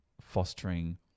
fostering